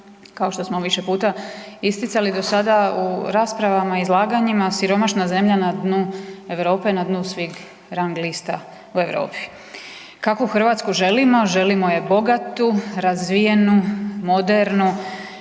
kao što smo više puta isticali do sada u raspravama i izlaganjima, siromašna zemlja na dnu Europe, na dnu svih rang lista u Europi. Kakvu Hrvatsku želimo? Želimo je bogatu, razvijenu, modernu,